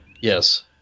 Yes